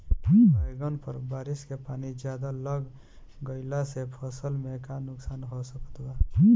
बैंगन पर बारिश के पानी ज्यादा लग गईला से फसल में का नुकसान हो सकत बा?